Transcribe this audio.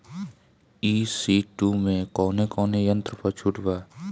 ई.सी टू मै कौने कौने यंत्र पर छुट बा?